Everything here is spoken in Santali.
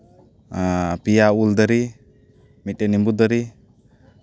ᱯᱮᱭᱟ ᱩᱞ ᱫᱟᱨᱮ ᱢᱤᱫᱴᱟᱱ ᱱᱤᱵᱩ ᱫᱟᱨᱮ